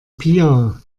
pia